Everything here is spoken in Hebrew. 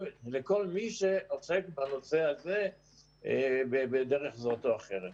לכל מי שעוסק בנושא הזה בדרך זאת או אחרת.